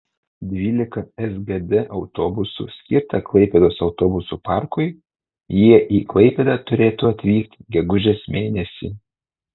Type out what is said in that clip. dvylika sgd autobusų skirta klaipėdos autobusų parkui jie į klaipėdą turėtų atvykti gegužės mėnesį